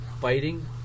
fighting